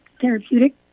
therapeutic